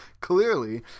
Clearly